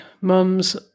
mums